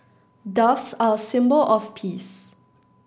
doves are a symbol of peace